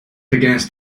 against